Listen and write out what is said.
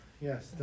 Yes